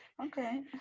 okay